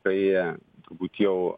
tai būt jau